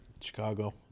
Chicago